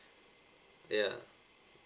ya